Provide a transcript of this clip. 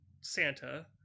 Santa